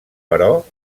però